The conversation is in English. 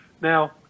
Now